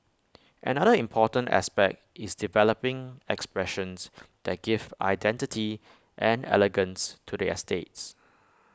another important aspect is developing expressions that give identity and elegance to the estates